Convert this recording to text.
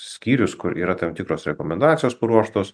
skyrius kur yra tam tikros rekomendacijos paruoštos